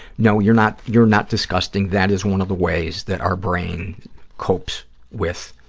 no, you're not you're not disgusting. that is one of the ways that our brain copes with